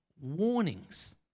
warnings